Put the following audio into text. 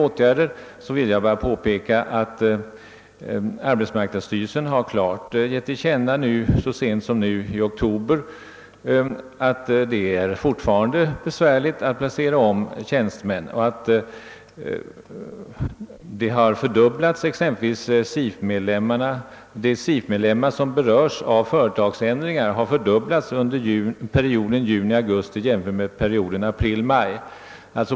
Jag vill då bara påpeka att arbetsmarknadsstyrelsen så sent som i oktober klart givit till känna, att det fortfarande är besvärligt att placera om tjänstemän. Antalet SIF-medlemmar som berörs av företagsändringar har fördubblats under perioden juli—augusti jämfört med perioden april —maj.